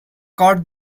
cut